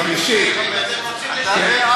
אם אתם רוצים לשנות את זה לחמש שנים,